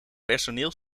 personeel